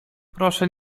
proszę